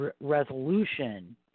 resolution